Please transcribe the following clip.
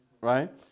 right